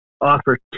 offer